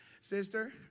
Sister